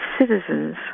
citizens